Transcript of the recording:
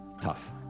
Tough